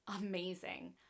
amazing